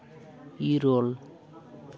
ᱤᱨᱟᱹᱞ